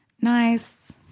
nice